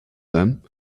them